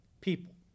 people